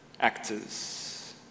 actors